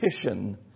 petition